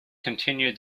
continued